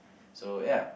so ya